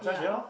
yea